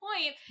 point